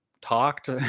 talked